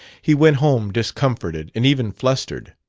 he went home discomforted and even flustered.